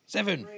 Seven